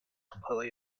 completely